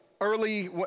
early